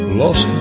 lost